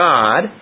God